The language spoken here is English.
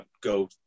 go